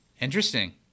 Interesting